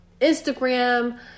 Instagram